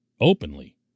openly